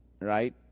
right